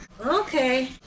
okay